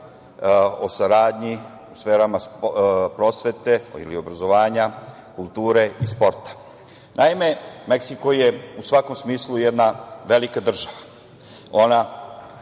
o saradnji u sferama prosvete ili obrazovanja, kulture i sporta. Naime, Meksiko je u svakom smislu jedna velika država,